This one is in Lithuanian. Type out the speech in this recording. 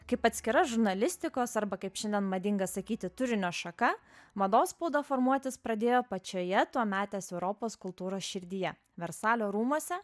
kaip atskira žurnalistikos arba kaip šiandien madinga sakyti turinio šaka mados spauda formuotis pradėjo pačioje tuometės europos kultūros širdyje versalio rūmuose